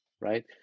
right